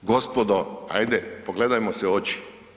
Gospodo, hajde, pogledajmo se u oči.